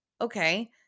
Okay